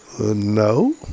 No